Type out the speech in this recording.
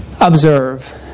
observe